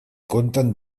conten